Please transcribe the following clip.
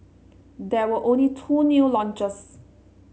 there were only two new launches